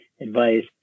advice